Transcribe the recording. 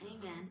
Amen